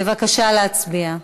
בבקשה להצביע.